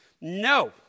No